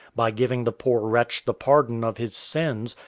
by giving the poor wretch the pardon of his sins,